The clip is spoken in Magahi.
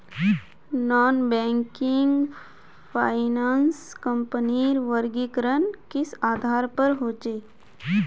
नॉन बैंकिंग फाइनांस कंपनीर वर्गीकरण किस आधार पर होचे?